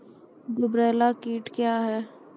गुबरैला कीट क्या हैं?